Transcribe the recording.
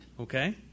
Okay